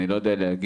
אני לא יודע להגיד